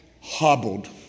hobbled